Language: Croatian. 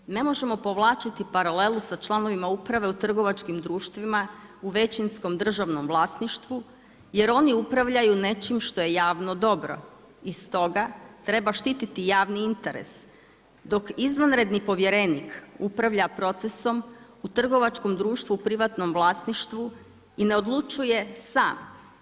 Stoga ne možemo povlačiti paralelu sa članovima uprave u trgovačkim društvima u većinskom državnom vlasništvu jer oni upravljaju nečim što je javno dobro i stoga treba štititi javni interes dok izvanredni povjerenik upravlja procesom u trgovačkom društvu u privatnom vlasništvu i ne odlučuje sam.